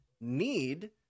need